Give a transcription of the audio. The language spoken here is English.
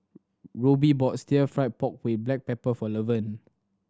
Roby bought Stir Fry pork with black pepper for Levern